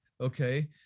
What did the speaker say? okay